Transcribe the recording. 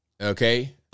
Okay